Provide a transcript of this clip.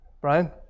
Brian